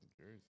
Jersey